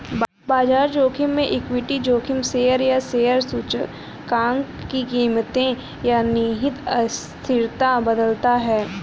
बाजार जोखिम में इक्विटी जोखिम शेयर या शेयर सूचकांक की कीमतें या निहित अस्थिरता बदलता है